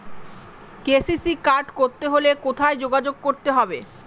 KCC card করতে হলে কোথায় যোগাযোগ করতে হবে?